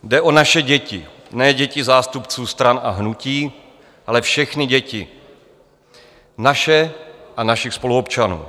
Jde o naše děti, ne děti zástupců stran a hnutí, ale všechny děti, naše a našich spoluobčanů.